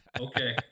Okay